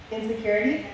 Insecurity